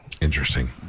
interesting